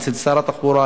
אצל שר התחבורה,